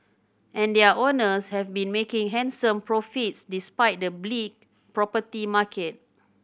and their owners have been making handsome profits despite the bleak property market